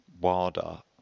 WADA